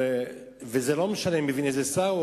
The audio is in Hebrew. וזה לא משנה איזה שר,